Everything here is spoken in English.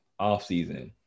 offseason –